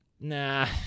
Nah